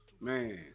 Man